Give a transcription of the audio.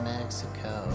Mexico